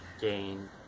gain